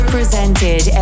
Presented